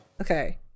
Okay